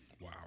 Wow